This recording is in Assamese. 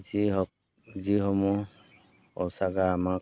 যি হওক যিসমূহ শৌচাগাৰ আমাক